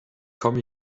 komme